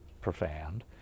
profound